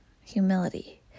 humility